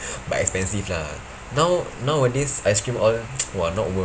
but expensive lah now nowadays ice cream all !wah! not worth